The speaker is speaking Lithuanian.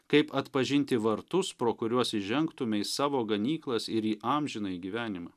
kaip atpažinti vartus pro kuriuos įžengtume į savo ganyklas ir į amžinąjį gyvenimą